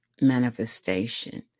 manifestation